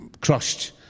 crushed